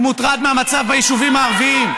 הוא מוטרד מהמצב ביישובים הערביים,